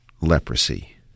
leprosy